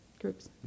groups